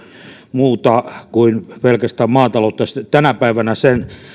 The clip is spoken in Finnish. muuta kuin pelkästään maataloutta tänä päivänä sen